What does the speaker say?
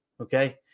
okay